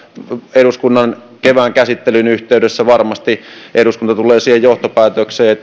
eduskunnan kevään käsittelyn yhteydessä varmasti eduskunta tulee siihen johtopäätökseen